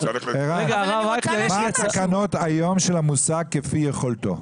ערן, מה התקנות היום של המושג "כפי יכולתו"?